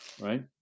right